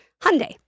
Hyundai